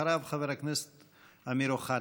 אחריו, חבר הכנסת אמיר אוחנה.